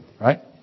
Right